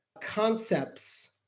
concepts